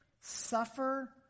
Suffer